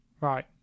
Right